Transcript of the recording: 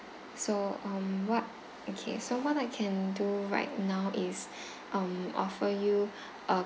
so um what okay so what I can do right now is um offer you a